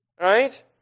Right